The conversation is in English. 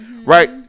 Right